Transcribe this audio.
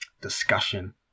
discussion